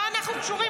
מה אנחנו קשורים?